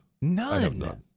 none